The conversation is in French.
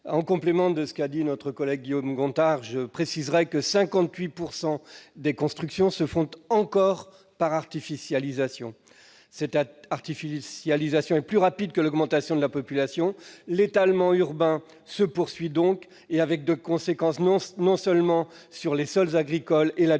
En complément des propos de notre collègue Guillaume Gontard, je précise que 58 % des constructions se font encore par artificialisation, laquelle est plus rapide que l'augmentation de la population. L'étalement urbain se poursuit, avec des conséquences non seulement sur les sols agricoles et la biodiversité,